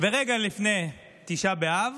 ורגע לפני תשעה באב